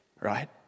Right